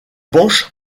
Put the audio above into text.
penche